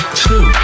two